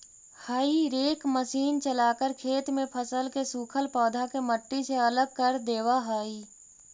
हेई rake machine चलाकर खेत में फसल के सूखल पौधा के मट्टी से अलग कर देवऽ हई